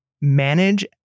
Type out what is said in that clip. manage